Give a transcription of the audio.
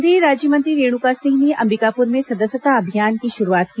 केंद्रीय राज्यमंत्री रेणुका सिंह ने अंबिकापुर में सदस्यता अभियान की शुरूआत की